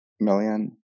million